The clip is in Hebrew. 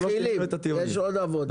מתחילים, יש עוד עבודה.